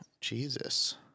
Jesus